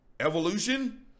evolution